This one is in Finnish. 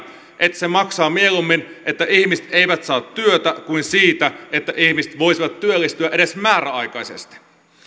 että se maksaa mieluummin siitä että ihmiset eivät saa työtä kuin siitä että ihmiset voisivat työllistyä edes määräaikaisesti